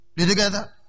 together